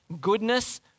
goodness